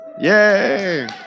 Yay